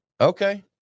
Okay